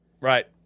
Right